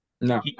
No